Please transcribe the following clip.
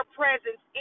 presence